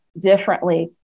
differently